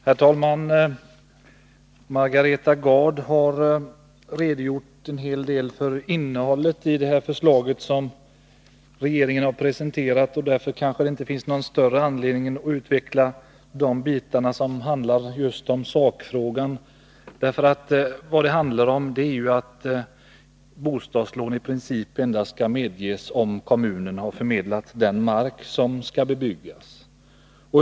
Herr talman! Margareta Gard har redogjort en hel del för innehållet i det förslag som regeringen har presenterat. Därför kanske det inte finns någon större anledning för mig att utveckla själva sakfrågan. Vad det handlar om är att bostadslån i princip endast skall beviljas om kommunen har förmedlat den mark som skall bebyggas.